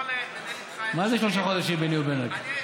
מה זה שלושה חודשים, ביני ובינך?